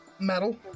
Metal